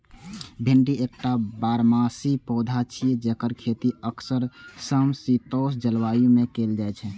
भिंडी एकटा बारहमासी पौधा छियै, जेकर खेती अक्सर समशीतोष्ण जलवायु मे कैल जाइ छै